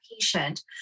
patient